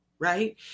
Right